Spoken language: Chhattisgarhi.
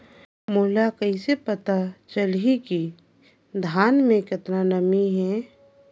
मोला कइसे पता चलही की धान मे कतका नमी हे?